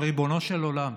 אבל ריבונו של עולם,